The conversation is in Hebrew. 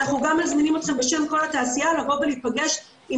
אנחנו גם מזמינים אתכם בשם כל התעשייה לבוא ולהיפגש עם